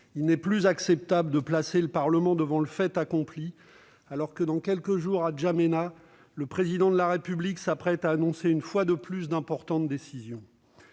Il n'est plus acceptable de placer le Parlement devant le fait accompli alors que, dans quelques jours à N'Djamena, le Président de la République devrait annoncer une fois de plus d'importantes décisions.